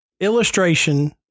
illustration